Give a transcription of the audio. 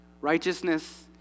Righteousness